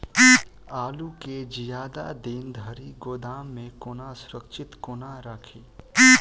आलु केँ जियादा दिन धरि गोदाम मे कोना सुरक्षित कोना राखि?